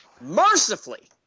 mercifully